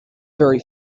very